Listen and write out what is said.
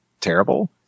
terrible